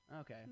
Okay